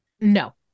No